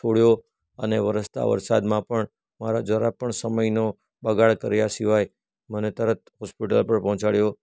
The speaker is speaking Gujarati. છોડ્યો અને વરસતા વરસાદમાં પણ મારા જરા પણ સમયનો બગાડ કર્યા સિવાય મને તરત હોસ્પિટલ પર પહોંચાડ્યો